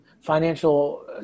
financial